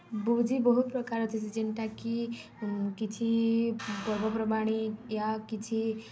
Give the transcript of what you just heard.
ଭୁଜି ବହୁତ ପ୍ରକାରର୍ ଥିସି ଯେନ୍ଟାକି କିଛି ପର୍ବପର୍ବାଣି ୟା କିଛି